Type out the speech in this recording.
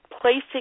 placing